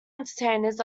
entertainers